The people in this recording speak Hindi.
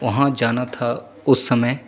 वहाँ जाना था उस समय